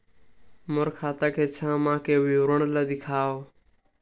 मोर खाता के छः माह के विवरण ल दिखाव?